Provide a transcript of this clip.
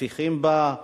והספיחים בה,